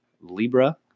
Libra